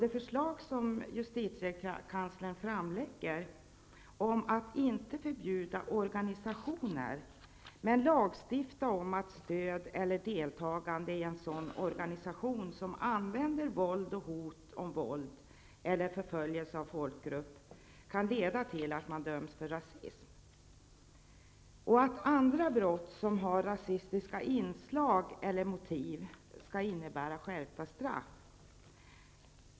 Enligt justitiekanslerns förslag skall man inte förbjuda organisationer, utan lagstifta om att stöd eller deltagande i en organisation som använder våld, hot om våld eller förföljelse av folkgrupp kan leda till en fällande dom för rasism. Andra brott som har rasistiska inslag eller motiv skall innebära skärpta straff.